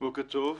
בוקר טוב.